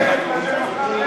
לכם.